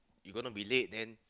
you going to be late then